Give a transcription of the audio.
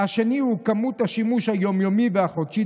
השני הוא כמות השימוש היומית והחודשית